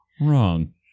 Wrong